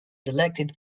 elected